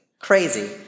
Crazy